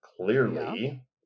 Clearly